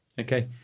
Okay